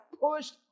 pushed